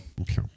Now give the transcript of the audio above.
Okay